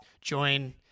join